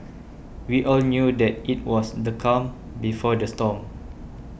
we all knew that it was the calm before the storm